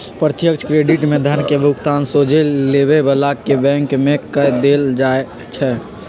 प्रत्यक्ष क्रेडिट में धन के भुगतान सोझे लेबे बला के बैंक में कऽ देल जाइ छइ